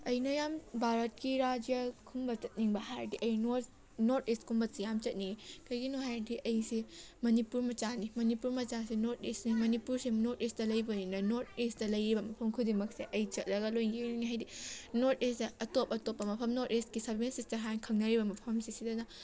ꯑꯩꯅ ꯌꯥꯝ ꯚꯥꯔꯠꯀꯤ ꯔꯥꯖ꯭ꯌꯒꯨꯝꯕ ꯆꯠꯅꯤꯡꯕ ꯍꯥꯏꯔꯗꯤ ꯑꯩ ꯅꯣꯔꯠ ꯏꯁ ꯀꯨꯝꯕꯁꯤ ꯌꯥꯝ ꯆꯠꯅꯤꯡꯉꯏ ꯀꯤꯒꯤꯅꯣ ꯍꯥꯏꯔꯗꯤ ꯑꯩꯁꯤ ꯃꯅꯤꯄꯨꯔ ꯃꯆꯥꯅꯤ ꯃꯅꯤꯄꯨꯔ ꯃꯆꯥꯁꯦ ꯅꯣꯔꯠ ꯏꯁꯅꯤ ꯃꯅꯤꯄꯨꯔꯁꯤ ꯅꯣꯔꯠ ꯏꯁꯇ ꯂꯩꯕꯅꯤꯅ ꯅꯣꯔꯠ ꯏꯁꯇ ꯂꯩꯔꯤꯕ ꯃꯐꯝ ꯈꯨꯗꯤꯡꯃꯛꯁꯦ ꯑꯩ ꯆꯠꯂꯒ ꯂꯣꯏ ꯌꯦꯡꯅꯤꯡꯏ ꯍꯥꯏꯕꯗꯤ ꯅꯣꯔꯠ ꯏꯁꯁꯦ ꯑꯇꯣꯞ ꯑꯇꯣꯞꯄ ꯃꯐꯝ ꯅꯣꯔꯠ ꯏꯁꯀꯤ ꯁꯕꯦꯟ ꯁꯤꯁꯇ꯭ꯔ ꯍꯥꯏꯅ ꯈꯪꯅꯔꯤꯕ ꯃꯐꯝꯁꯦ ꯁꯤꯗꯅ